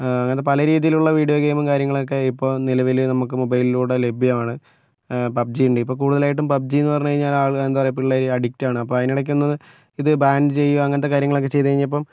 അങ്ങനത്തെ പലരീതിയിലുള്ള വീഡിയോ ഗെയിമും കാര്യങ്ങളൊക്കെ ഇപ്പോൾ നിലവിൽ നമുക്ക് മൊബൈലിലൂടെ ലഭ്യമാണ് പബ്ജി ഉണ്ട് ഇപ്പോൾ കൂടുതലായിട്ടും പബ്ജി എന്ന് പറഞ്ഞു കഴിഞ്ഞാൽ എന്താ പറയുക പിള്ളേർ അഡിക്ടാണ് അപ്പോൾ അതിനിടയ്ക്ക് ഒന്ന് ഇത് ബാൻ ചെയ്യുക അങ്ങനത്തെ കാര്യങ്ങളൊക്കെ ചെയ്ത് കഴിഞ്ഞപ്പം